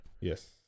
Yes